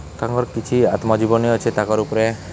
ତାଙ୍କର୍ କିଛି ଆତ୍ମଜୀବନୀ ଅଛେ ତାଙ୍କର୍ ଉପ୍ରେ